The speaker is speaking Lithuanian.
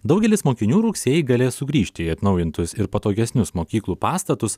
daugelis mokinių rugsėjį galės sugrįžti į atnaujintus ir patogesnius mokyklų pastatus